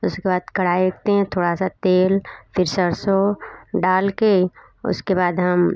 उसके बाद कढ़ाई होती हैं थोड़ा सा तेल फिर सरसों डाल के उसके बाद हम